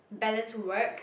balance work